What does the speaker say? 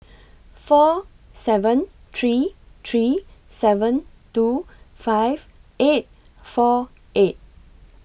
four seven three three seven two five eight four eight